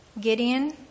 Gideon